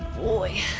boy.